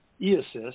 e-assist